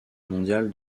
mondiale